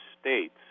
states